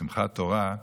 בשמחת תורה,